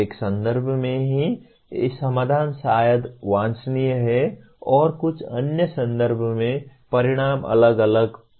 एक संदर्भ में एक ही समाधान शायद वांछनीय है और कुछ अन्य संदर्भ में परिणाम अलग होंगे